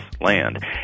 land